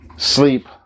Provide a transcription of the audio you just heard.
sleep